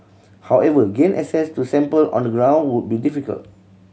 however gain access to sample on the ground would be difficult